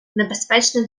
небезпечно